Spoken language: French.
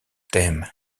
t’aime